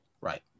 right